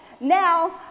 Now